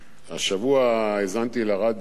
השבוע האזנתי לרדיו,